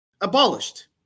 abolished